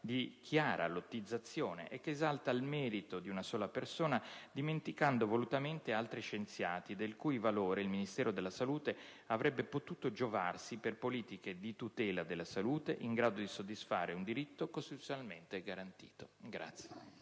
di chiara lottizzazione e che esalta il merito di una sola persona, dimenticando volutamente altri scienziati, del cui valore il Ministero della salute avrebbe potuto giovarsi per politiche di tutela della salute in grado di soddisfare un diritto costituzionalmente garantito.